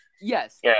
Yes